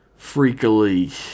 freakily